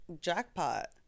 jackpot